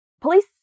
Police